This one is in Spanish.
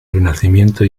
renacimiento